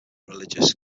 religious